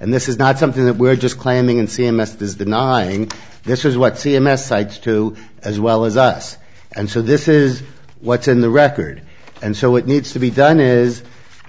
and this is not something that we're just claiming and c m s does denying this is what c m s sites too as well as us and so this is what's in the record and so it needs to be done is